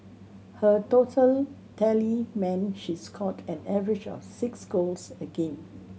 her total tally meant she scored an average of six goals a game